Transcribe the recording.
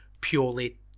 purely